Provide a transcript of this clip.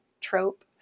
trope